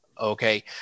Okay